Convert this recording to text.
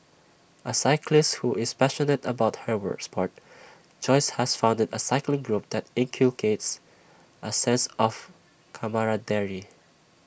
A cyclist who is passionate about her were Sport Joyce has founded A cycling group that inculcates A sense of camaraderie